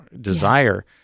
desire